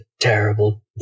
terrible